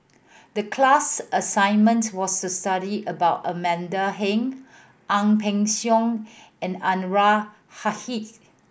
the class assignment was to study about Amanda Heng Ang Peng Siong and Anwarul Haque